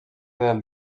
del